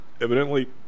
evidently